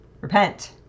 Repent